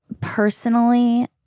personally